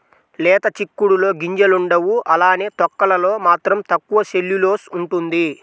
లేత చిక్కుడులో గింజలుండవు అలానే తొక్కలలో మాత్రం తక్కువ సెల్యులోస్ ఉంటుంది